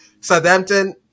Southampton